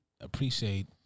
appreciate